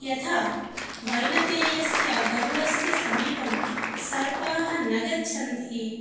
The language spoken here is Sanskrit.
यथा वैनतेयस्य गरुडस्य समीपं सर्पाः न गच्छन्ति